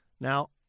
Now